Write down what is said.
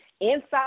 inside